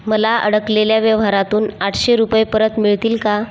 मला अडकलेल्या व्यवहारातून आठशे रुपये परत मिळतील का